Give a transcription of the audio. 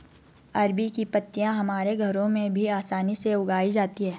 अरबी की पत्तियां हमारे घरों में भी आसानी से उगाई जाती हैं